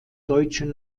deutschen